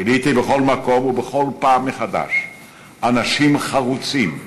גיליתי בכל מקום ובכל פעם מחדש אנשים חרוצים,